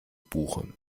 buche